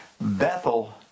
Bethel